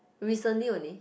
recently only